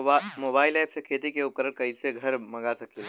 Mobile ऐपसे खेती के उपकरण कइसे घर मगा सकीला?